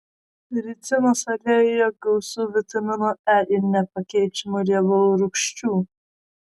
ricinos aliejuje gausu vitamino e ir nepakeičiamų riebalų rūgščių